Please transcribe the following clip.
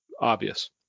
obvious